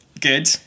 Good